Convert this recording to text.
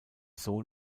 sohn